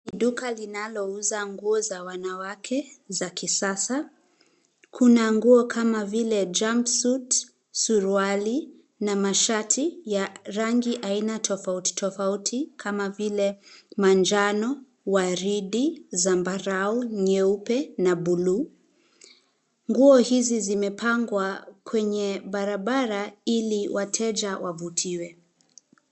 Ni duka linalouza nguo za wanawake za kisasa. Kuna nguo kama vile jumpsuit , suruali na mashati, ya rangi ya aina tofauti tofauti, kama vile manjano, waridi, zambarau, nyeupe na buluu. Nguo hizi zimepangwa kwenye barabara ili wateja wavutiwe.